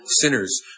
sinners